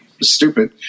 stupid